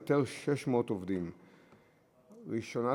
לפיכך ההצעה לסדר-היום בנושא קשישים